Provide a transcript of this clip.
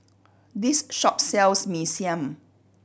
this shop sells Mee Siam